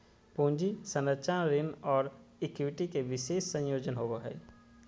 पूंजी संरचना ऋण और इक्विटी के विशेष संयोजन होवो हइ